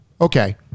Okay